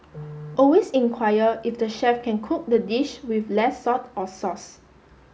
always inquire if the chef can cook the dish with less salt or sauce